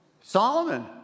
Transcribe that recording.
Solomon